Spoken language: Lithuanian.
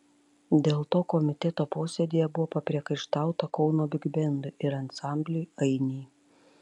dėl to komiteto posėdyje buvo papriekaištauta kauno bigbendui ir ansambliui ainiai